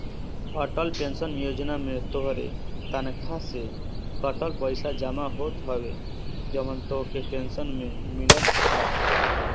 Atal pension Yojana में तोहरे तनखा से कटल पईसा जमा होत हवे जवन तोहके पेंशन में मिलत बाटे